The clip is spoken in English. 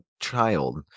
child